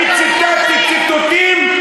אני ציטטתי ציטוטים,